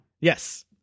Yes